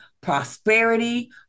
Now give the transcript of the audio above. prosperity